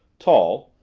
tall,